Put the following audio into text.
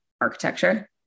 architecture